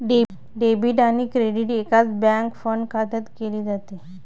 debit आणि credit एकाच bank fund खात्यात केले जाते